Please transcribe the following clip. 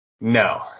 No